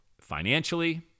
financially